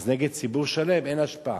אז נגד ציבור שלם אין השפעה.